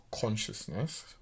consciousness